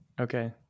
Okay